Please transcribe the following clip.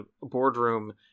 boardroom